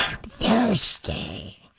Thursday